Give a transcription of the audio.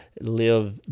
live